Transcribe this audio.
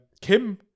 Kim